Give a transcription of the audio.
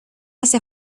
hace